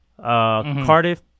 Cardiff